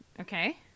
Okay